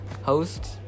host